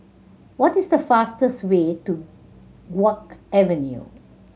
what is the fastest way to Guok Avenue